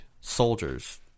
soldiers